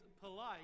polite